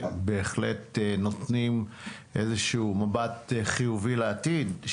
בהחלט נותנים איזשהו מבט חיובי לעתיד.